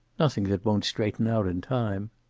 nothing that won't straighten out, in time.